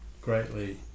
greatly